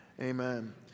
amen